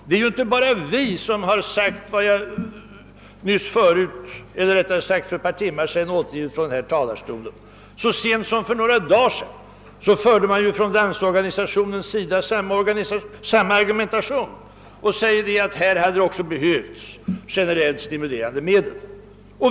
Det är inte bara vi som framhållit vad jag för ett par timmar sedan återgivit från denna talarstol. Så sent som för några dagar sedan förde man från Landsorganisationen fram samma argument. Man sade att här hade också behövts generellt stimulerande medel.